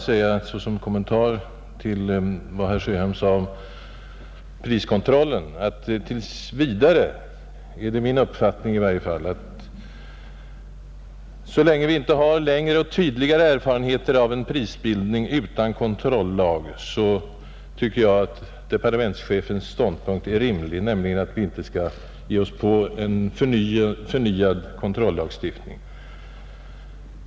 Som kommentar till vad herr Sjöholm sade om priskontrollen vill jag bara säga, att så länge vi inte har tydligare negativa erfarenheter av en prisbildning utan kontrollag anser jag att departementschefens ståndpunkt är rimlig, nämligen att vi inte skall ge oss på en förnyad kontrollagstiftning.